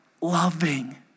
loving